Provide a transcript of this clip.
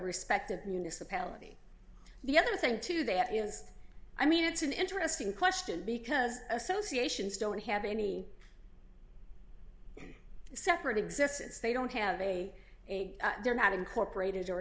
respective municipality the other thing to that is i mean it's an interesting question because associations don't have any separate existence they don't have a they're not incorporated